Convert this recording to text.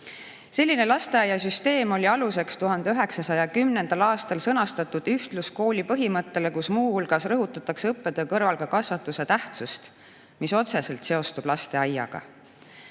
Selline lasteaiasüsteem oli aluseks 1910. aastal sõnastatud ühtluskooli põhimõttele, kus muu hulgas rõhutatakse õppetöö kõrval ka kasvatuse tähtsust, mis otseselt seostub lasteaiaga. Käesolev